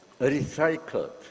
recycled